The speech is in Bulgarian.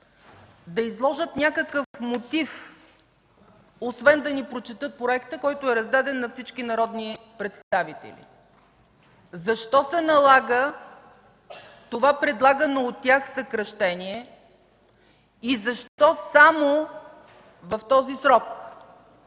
да изложат някакъв мотив, освен да ни прочетат проекта, който е раздаден на всички народни представители, защо се налага това предлагано от тях съкращение и защо само в този срок.